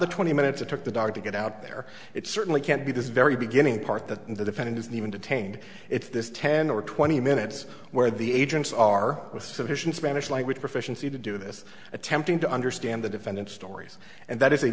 the twenty minutes it took the dog to get out there it certainly can't be this very beginning part that the defendant is even detained it's this ten or twenty minutes where the agents are with sufficient spanish language proficiency to do this attempting to understand the defendant stories and that is a